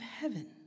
heaven